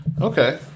Okay